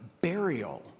burial